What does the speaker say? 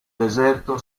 deserto